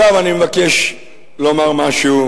עכשיו אני מבקש לומר משהו